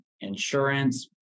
insurance